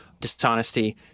dishonesty